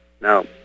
Now